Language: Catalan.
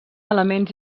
elements